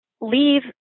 leave